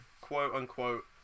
quote-unquote